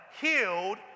healed